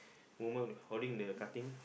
woman with holding the cutting